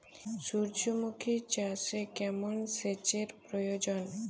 সূর্যমুখি চাষে কেমন সেচের প্রয়োজন?